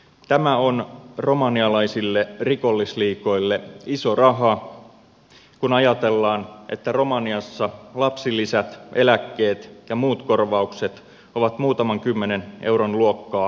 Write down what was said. tämä on romanialaisille rikollisliigoille iso raha kun ajatellaan että romaniassa lapsilisät eläkkeet ja muut korvaukset ovat muutaman kymmenen euron luokkaa kuukaudessa